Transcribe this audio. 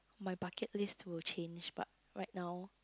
my bucket list will change but right now